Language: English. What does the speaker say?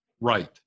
right